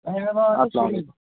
اَسلام علیکُم